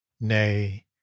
nay